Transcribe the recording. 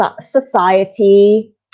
society